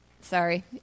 Sorry